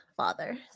Father